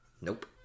Nope